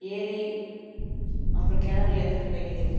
ஏரி அப்புறம் கிணறுலேந்து கிடைக்கிது